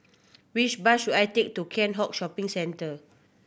which bus should I take to Keat Hong Shopping Centre